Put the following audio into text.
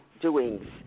doings